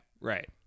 Right